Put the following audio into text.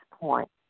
point